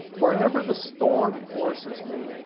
wherever the storm forces me,